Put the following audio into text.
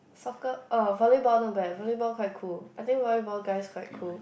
soccer oh volleyball no bad volleyball quite cool I think volleyball guys quite cool